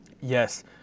Yes